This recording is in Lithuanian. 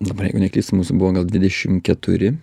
dabar jeigu neklystu mūsų buvo gal dvidešim keturi